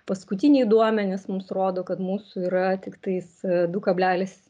paskutiniai duomenys mums rodo kad mūsų yra tiktais du kablelis